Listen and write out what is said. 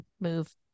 move